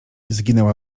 zginęła